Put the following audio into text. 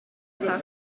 saka